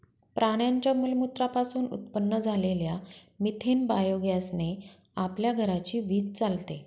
प्राण्यांच्या मलमूत्रा पासून उत्पन्न झालेल्या मिथेन बायोगॅस ने आपल्या घराची वीज चालते